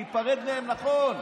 להיפרד מהם נכון.